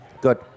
Good